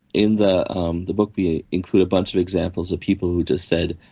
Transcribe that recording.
in the um the book we ah include a bunch of examples of people who just said,